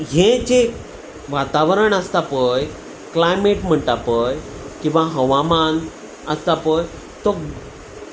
हें जें वातावरण आसता पळय क्लायमेट म्हणटा पळय किंवां हवामान आसता पळय तो